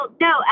no